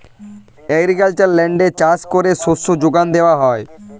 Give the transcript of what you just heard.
agricultural ল্যান্ডে চাষ করে শস্য যোগান দেওয়া হয়